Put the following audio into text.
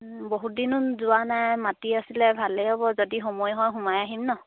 বহুত দিন হ'ল যোৱা নাই মাতি আছিলে ভালেই হ'ব যদি সময় হয় সোমাই আহিম ন